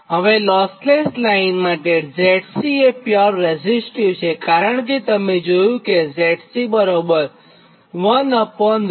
હવે lossless line માટે Zc એ પ્યોર રેઝીસ્ટીવ છે કારણ કે તમે જોયું કે ZC1LC